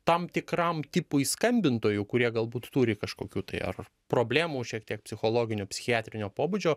tam tikram tipui skambintojų kurie galbūt turi kažkokių tai ar problemų šiek tiek psichologinių psichiatrinio pobūdžio